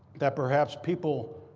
that perhaps people